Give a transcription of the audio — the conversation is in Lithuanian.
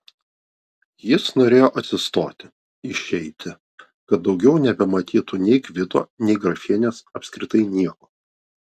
jis norėjo atsistoti išeiti kad daugiau nebematytų nei gvido nei grafienės apskritai nieko